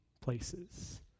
places